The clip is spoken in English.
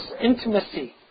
intimacy